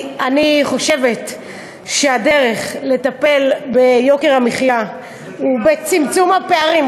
אני חושבת שהדרך לטפל ביוקר המחיה ובצמצום הפערים,